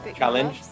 challenge